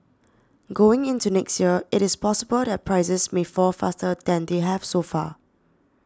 going into next year it is possible that prices may fall faster than they have so far